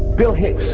bill hicks